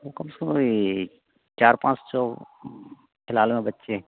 वो कम से कम ये चार पाँच सौ फिलहाल में बच्चें